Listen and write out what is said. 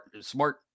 smart